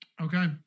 Okay